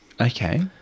Okay